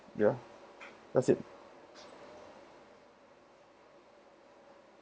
ya that's it